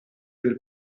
del